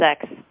sex